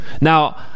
Now